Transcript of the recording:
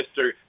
Mr